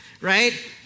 right